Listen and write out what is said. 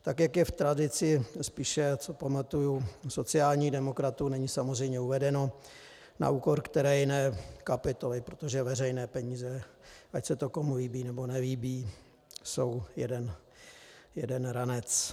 Tak jak je v tradici spíše, co pamatuju, sociálních demokratů, není samozřejmě uvedeno, na úkor které jiné kapitoly, protože veřejné peníze, ať se to komu líbí, nebo nelíbí, jsou jeden ranec.